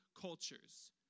cultures